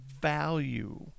value